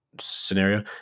scenario